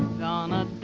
gonna